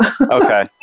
Okay